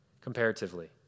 comparatively